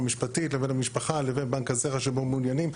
משפטית לבין המשפחה לבין בנק הזרע שבו מעוניינים.